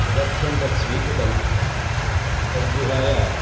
यदर्थं तत् स्वीकृतं तद्विहाय